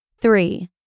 Three